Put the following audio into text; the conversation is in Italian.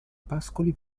pascoli